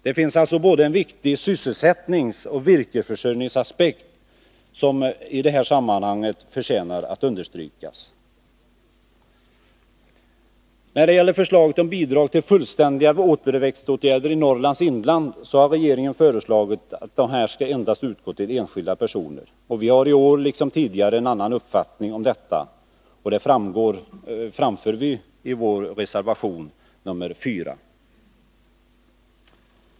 Det finns alltså en viktig både sysselsättningsoch virkesförsörjningsaspekt i detta sammanhang som förtjänar att understrykas. När det gäller förslaget om bidrag till fullständiga återväxtåtgärder i Norrlands inland har regeringen föreslagit att sådana bidrag endast skall utgå till enskilda personer. Vi har i år liksom tidigare en annan uppfattning om detta, och det framför vi i vår reservation nr 4.